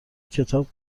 کتاب